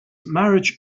marriage